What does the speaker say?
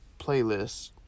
playlist